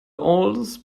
oldest